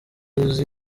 uzi